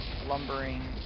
lumbering